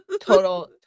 total